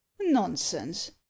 Nonsense